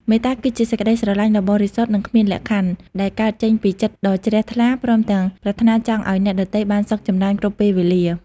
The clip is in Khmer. មេត្តា គឺជាសេចក្តីស្រឡាញ់ដ៏បរិសុទ្ធនិងគ្មានលក្ខខណ្ឌ ដែលកើតចេញពីចិត្តដ៏ជ្រះថ្លា ព្រមទាំងប្រាថ្នាចង់ឱ្យអ្នកដទៃបានសុខចម្រើនគ្រប់ពេលវេលា។